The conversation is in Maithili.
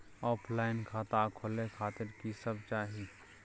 ऑफलाइन खाता खोले खातिर की सब चाही?